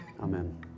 Amen